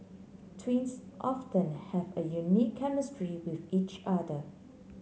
twins often have a unique chemistry with each other